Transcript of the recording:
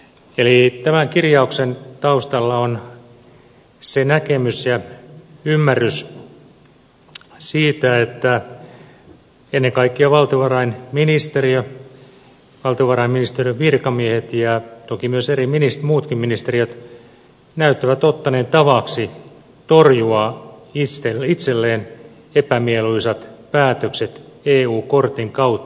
eli tämän kirjauksen taustalla on se näkemys ja ymmärrys siitä että ennen kaikkea valtiovarainministeriö valtiovarainministeriön virkamiehet ja toki myös muutkin ministeriöt näyttävät ottaneen tavaksi torjua itselleen epämieluisat päätökset eu kortin kautta